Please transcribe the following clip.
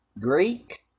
Greek